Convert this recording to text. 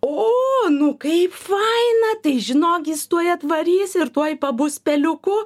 o nu kaip faina tai žinok jis tuoj atvarys ir tuoj pabus peliuku